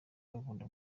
akunda